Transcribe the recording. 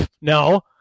no